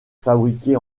fabriqués